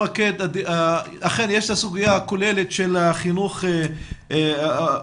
אכן יש את הסוגיה הכוללת של החינוך בכל